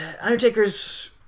undertaker's